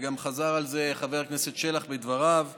וגם חזר על זה חבר הכנסת שלח בדבריו,